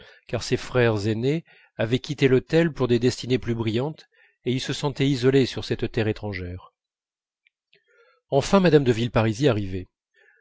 car ses frères aînés avaient quitté l'hôtel pour des destinées plus brillantes et il se sentait isolé sur cette terre étrangère enfin mme de villeparisis arrivait